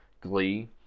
glee